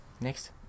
Next